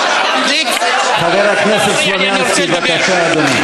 חבר הכנסת סלומינסקי, בבקשה, אדוני.